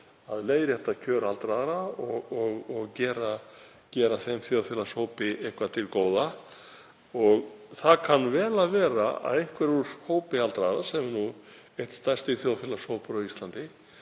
að leiðrétta kjör aldraðra og gera þeim þjóðfélagshópi eitthvað til góða. Það kann vel að vera að einhverjir úr hópi aldraðra, sem er nú einn stærsti þjóðfélagshópur á Íslandi,